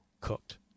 cooked